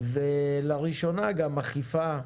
ולראשונה גם אכיפה,